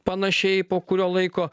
panašiai po kurio laiko